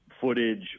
footage